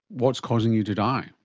what's causing you to die?